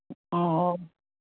ꯑꯧ ꯑꯧ